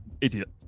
Idiot